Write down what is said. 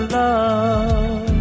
love